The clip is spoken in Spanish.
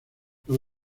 los